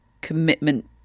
commitment